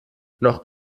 noch